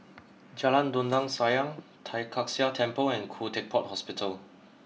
Jalan Dondang Sayang Tai Kak Seah Temple and Khoo Teck Puat Hospital